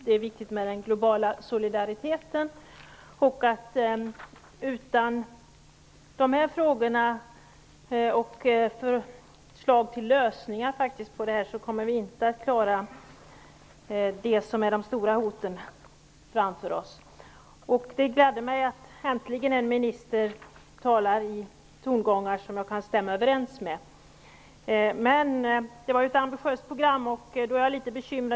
Det är viktigt med den globala solidariteten, och utan förslag till lösningar på dessa frågor kommer vi inte att klara de stora hot som ligger framför oss. Det gladde mig att en minister äntligen gav uttryck för tongångar som jag kan instämma i. Men det var ett ambitiöst program som angavs.